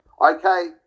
Okay